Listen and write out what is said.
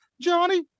Johnny